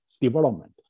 development